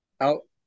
out